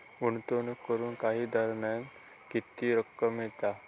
गुंतवणूक करून काही दरम्यान किती रक्कम मिळता?